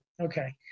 Okay